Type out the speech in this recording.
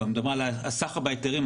לא, הסחר בהיתרים.